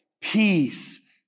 peace